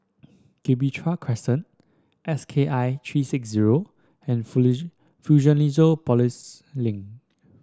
Gibraltar Crescent S K I three six zero and Fusionopolis Link